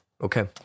Okay